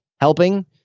helping